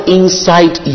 inside